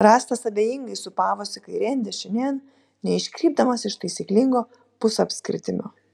rąstas abejingai sūpavosi kairėn dešinėn neiškrypdamas iš taisyklingo pusapskritimio